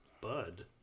Bud